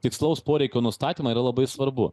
tikslaus poreikio nustatymo yra labai svarbu